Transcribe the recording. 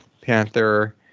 Panther